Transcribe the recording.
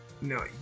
No